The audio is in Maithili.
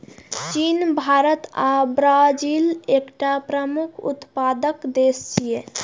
चीन, भारत आ ब्राजील एकर प्रमुख उत्पादक देश छियै